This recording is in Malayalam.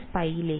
π ലേക്ക്